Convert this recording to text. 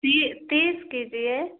तीये तीस के जी है